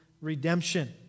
Redemption